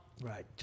Right